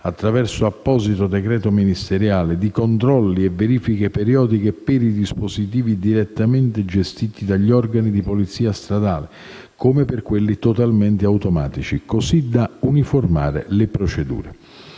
attraverso apposito decreto ministeriale, di controlli e verifiche periodiche per i dispositivi direttamente gestititi dagli organi di polizia stradale, come per quelli totalmente automatici, così da uniformare le procedure.